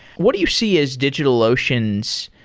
what do you see is digitalocean's,